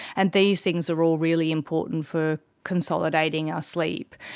and these things are all really important for consolidating our sleep.